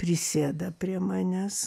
prisėda prie manęs